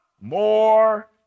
more